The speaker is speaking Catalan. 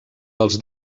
dels